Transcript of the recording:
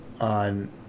On